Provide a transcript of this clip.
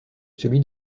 celui